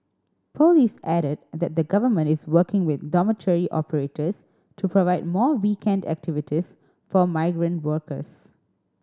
police added that the Government is working with dormitory operators to provide more weekend activities for migrant workers